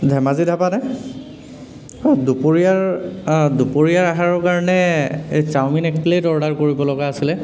ধেমাজি ধাবা নে অঁ দুপৰীয়াৰ দুপৰীয়াৰ আহাৰৰ কাৰণে এই চাওমিন এক প্লেট অৰ্ডাৰ কৰিব লগা আছিলে